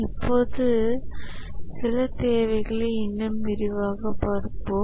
இப்போது சில தேவைகளை இன்னும் விரிவாகப் பார்ப்போம்